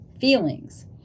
feelings